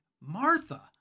Martha